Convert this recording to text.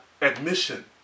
admission